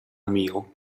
meal